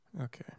Okay